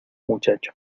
muchacho